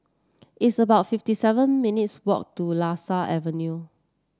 it's about fifty seven minutes' walk to Lasia Avenue